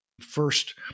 first